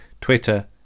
Twitter